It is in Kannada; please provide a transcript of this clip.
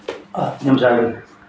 ಹತ್ತು ನಿಮಿಷ ಆಗೋಯ್ತು